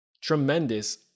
tremendous